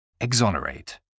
Exonerate